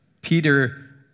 Peter